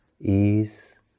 ease